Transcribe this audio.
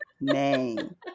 name